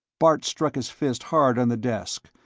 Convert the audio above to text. bart struck his fist hard on the desk,